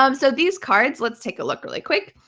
um so these cards, let's take a look really quick.